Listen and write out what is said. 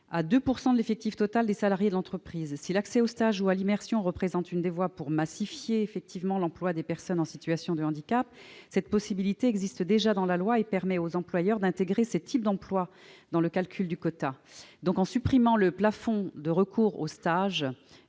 à 2 % de l'effectif total des salariés de l'entreprise. Si l'accès aux stages ou à l'immersion représente effectivement l'une des voies pour massifier l'emploi des personnes en situation de handicap, cette possibilité figure déjà dans la loi et permet aux employeurs d'intégrer ces types d'emploi dans le calcul du quota. En supprimant le plafond de recours aux stages